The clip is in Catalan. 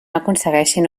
aconsegueixin